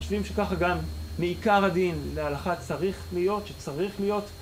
חושבים שככה גם מעיקר הדין להלכה צריך להיות, שצריך להיות?